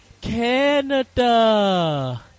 Canada